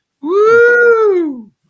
Woo